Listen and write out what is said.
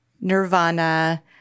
nirvana